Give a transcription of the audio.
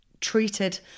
treated